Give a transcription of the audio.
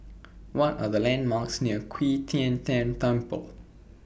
What Are The landmarks near Qi Tian Tan Temple